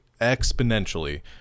exponentially